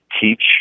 teach